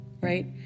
Right